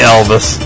Elvis